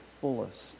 fullest